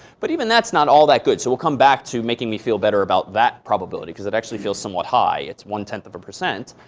but even that's that's not all that good. so we'll come back to making me feel better about that probability because it actually feels somewhat high. it's one ten of a percent.